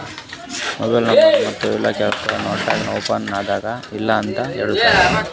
mobile number ಮತ್ತ email ಹಾಕೂರ್ account open ಆಗ್ಯಾದ್ ಇಲ್ಲ ಅಂತ ಹೇಳ್ತಾರ್